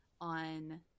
on